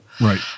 Right